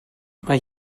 mae